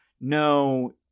no